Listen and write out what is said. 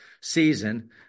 season